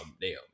Naomi